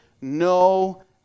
no